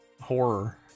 horror